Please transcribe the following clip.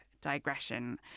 digression